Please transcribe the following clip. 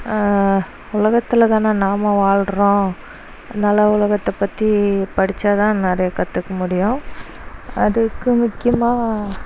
உலகத்தில் தானே நாம் வாழ்றோம் அதனால உலகத்தைப் பற்றி படித்தா தான் நிறைய கற்றுக்க முடியும் அதுக்கு முக்கியமாக